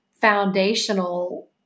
foundational